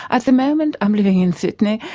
at the moment i'm living in sydney.